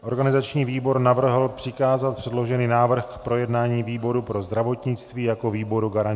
Organizační výbor navrhl přikázat předložený návrh k projednání výboru pro zdravotnictví jako výboru garančnímu.